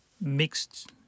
mixed